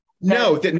No